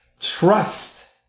trust